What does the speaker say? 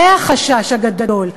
זה החשש הגדול,